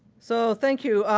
so thank you.